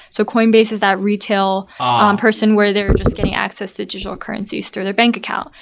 so coinbase is that retail um person where they're just getting access to digital currencies through their bank account,